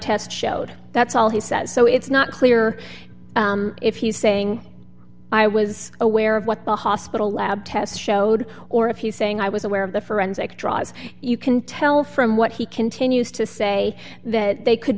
test showed that's all he says so it's not clear if he's saying i was aware of what the hospital lab tests showed or if he's saying i was aware of the forensic draws you can tell from what he continues to say that they could